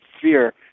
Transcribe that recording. fear